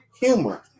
humor